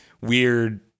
Weird